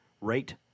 rate